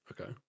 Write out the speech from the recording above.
okay